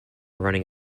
running